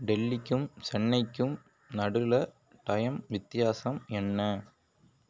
டெல்லிக்கும் சென்னைக்கும் நடுவில் டைம் வித்தியாசம் என்ன